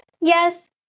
Yes